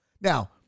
Now